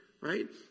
right